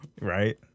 Right